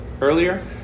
earlier